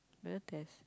better test